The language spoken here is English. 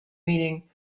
meaning